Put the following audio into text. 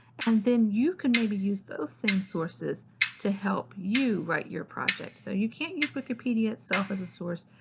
and then you can maybe use those same sources to help you write your project. so you can't use wikipedia itself as a source,